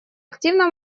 активно